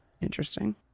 interesting